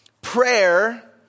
Prayer